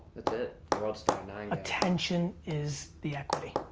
the world's attention is the equity.